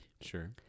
Sure